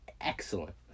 excellent